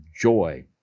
joy